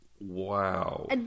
Wow